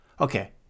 okay